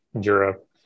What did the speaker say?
Europe